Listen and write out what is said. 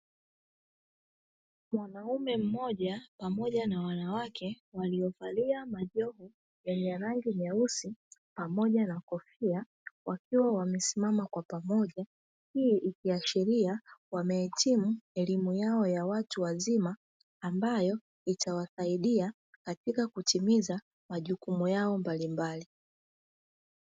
Mwanaume mmoja pamoja na wanawake waliovalia majoho yenye rangi nyeusi pamoja na kofia, wakiwa wamesimama kwa pamoja. Hii ikiashiria wamehitimu elimu yao ya watu wazima ambayo itawasaidia katika kutimiza majukumu yao mbalimbali.